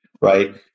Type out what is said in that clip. right